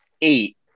eight